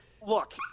look